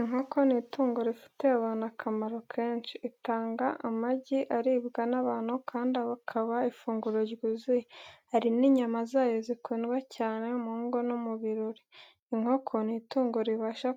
Inkoko ni itungo rifitiye abantu akamaro kenshi. Itanga amagi aribwa n'abantu kandi akaba ifunguro ryuzuye. Hari n'inyama zayo zikundwa cyane mu ngo no mu birori. Inkoko ni itungo ribasha